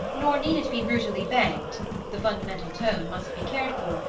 nor need it be brutally banged the fundamental tone must be cared for,